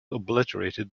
obliterated